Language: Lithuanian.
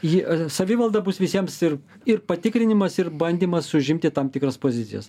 ji savivalda bus visiems ir ir patikrinimas ir bandymas užimti tam tikras pozicijas